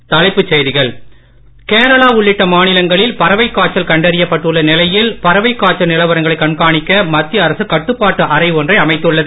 மணி தலைப்புச்செய்திகள் கேரளா உள்ளிட்ட மாநிலங்களில் காய்ச்சல் பறவைக் கண்டறியப்பட்டுள்ள நிலையில் பறவைக் காய்ச்சல் நிலவரங்களை கண்காணிக்க மத்திய அரசு கட்டுப்பாட்டு அறை ஒன்றை அமைத்துள்ளது